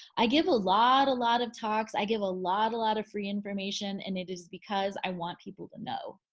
i give a lot a lot of talks. i give a lot a lot of free information and it is because i want people to know.